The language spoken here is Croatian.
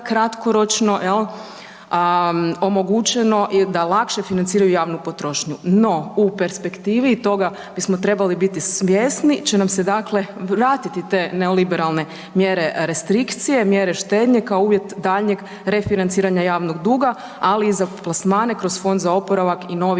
kratkoročno jel omogućeno da lakše financiraju javnu potrošnju. No, u perspektivi toga bismo trebali biti svjesni će nam se dakle vratiti te neliberalne mjere restrikcije, mjere štednje kao uvjet daljnjeg refinanciranja javnog duga, ali i za plasmane kroz Fond za oporavak i novi